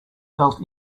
felt